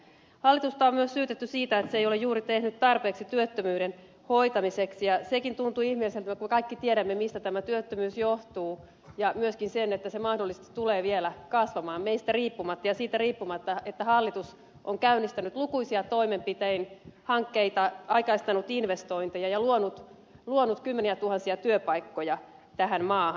hallitusta on myös syytetty siitä että se ei ole juuri tehnyt tarpeeksi työttömyyden hoitamiseksi ja sekin tuntuu ihmeelliseltä kun me kaikki tiedämme mistä tämä työttömyys johtuu ja myöskin että se mahdollisesti tulee vielä kasvamaan meistä riippumatta ja siitä riippumatta että hallitus on käynnistänyt lukuisia toimenpidehankkeita aikaistanut investointeja ja luonut kymmeniätuhansia työpaikkoja tähän maahan